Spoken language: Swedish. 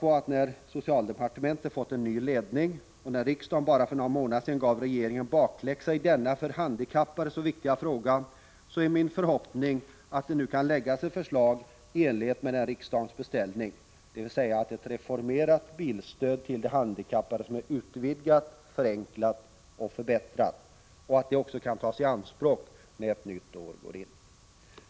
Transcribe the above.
Men när socialdepartementet nu har fått en ny ledning och eftersom riksdagen för bara några månader sedan gav regeringen bakläxa i denna för de handikappade så viktiga fråga, är det min förhoppning att regeringen nu skall lägga fram ett förslag i enlighet med riksdagens beställning, dvs. att vi får ett reformerat bilstöd till de handikappade som är utvidgat, förenklat och förbättrat och som kan tas i anspråk när ett nytt år går in.